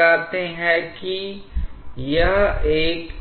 हुई है I यदि E2 E1 से अधिक है तो प्रवाह 2 से 1 की तरफ हो रहा है इसलिए यह मूल रूप से उच्च हेड से निम्न हेड की तरफ हो रहा है यह किसी अन्य तरीके से नहीं हो सकता है